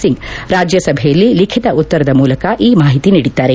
ಸಿಂಗ್ ರಾಜ್ಹಸಭೆಯಲ್ಲಿ ಲಿಖಿತ ಉತ್ತರದ ಮೂಲಕ ಈ ಮಾಹಿತಿ ನೀಡಿದ್ದಾರೆ